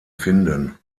finden